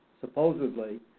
supposedly